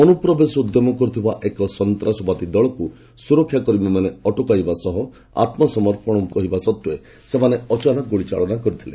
ଅନୁପ୍ରବେଶ ଉଦ୍ୟମ କରୁଥିବା ଏକ ସନ୍ତାସବାଦୀ ଦଳକୁ ସୁରକ୍ଷାକର୍ମୀମାନେ ଅଟକାଇବା ସହ ଆତ୍ମସମର୍ପଣ କରିବା ପାଇଁ କହିବା ସତ୍ତ୍ୱେ ସେମାନେ ଅଚାନକ ଗୁଳିଚାଳନା କରିଥିଲେ